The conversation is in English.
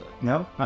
No